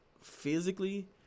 physically